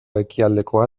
ekialdekoa